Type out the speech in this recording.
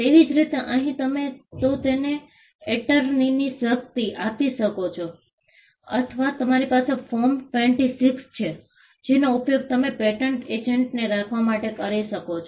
તેવી જ રીતે અહીં તમે તો તેને એટર્નીની શક્તિ આપી શકો છો અથવા તમારી પાસે ફોર્મ 26 છે જેનો ઉપયોગ તમે પેટન્ટ એજન્ટને રાખવા માટે કરી શકો છો